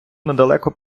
недалеко